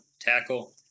tackle